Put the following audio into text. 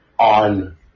On